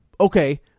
Okay